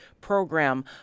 program